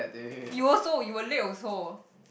you also you were late also